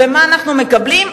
ומה אנחנו מקבלים?